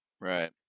right